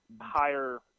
higher